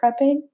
prepping